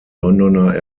londoner